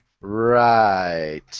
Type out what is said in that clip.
Right